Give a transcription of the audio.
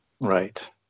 right